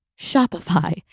Shopify